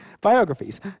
Biographies